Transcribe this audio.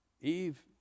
Eve